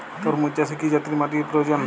তরমুজ চাষে কি জাতীয় মাটির প্রয়োজন?